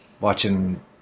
watching